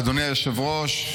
אדוני היושב-ראש,